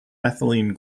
ethylene